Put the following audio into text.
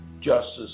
justice